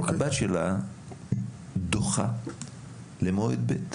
הבת שלה דוחה למועד ב',